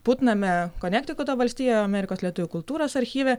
putname konektikuto valstijoje amerikos lietuvių kultūros archyve